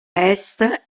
est